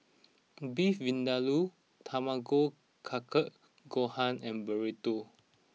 Beef Vindaloo Tamago Kake Gohan and Burrito